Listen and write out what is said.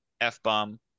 F-bomb